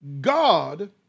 God